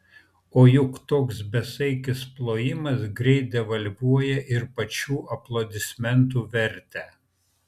o juk toks besaikis plojimas greit devalvuoja ir pačių aplodismentų vertę